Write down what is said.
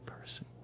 person